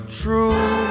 true